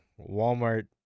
Walmart